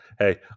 Hey